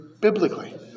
biblically